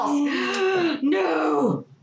No